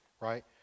right